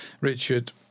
Richard